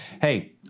Hey